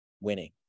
winning